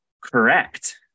Correct